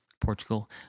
Portugal